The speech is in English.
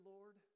Lord